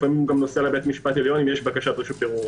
לפעמים גם נוסע לבית משפט עליון אם יש בקשת רשות ערעור.